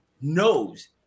knows